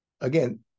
again